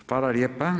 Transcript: Hvala lijepo.